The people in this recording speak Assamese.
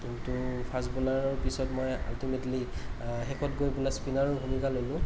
কিন্তু ফাষ্ট বলাৰৰ পিছত মই আল্টিমেটলি শেষত গৈ পেলাই স্পিনাৰৰো ভূমিকা ল'লোঁ